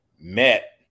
met